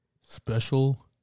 Special